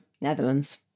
Netherlands